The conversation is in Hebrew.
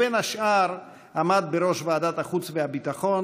ובין השאר עמד בראש ועדת החוץ והביטחון